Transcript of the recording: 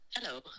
Hello